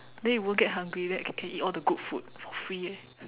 then you won't get hungry then you can can eat all the good food for free eh